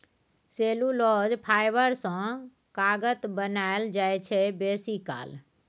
cellulose fibre सँ कागत बनाएल जाइ छै बेसीकाल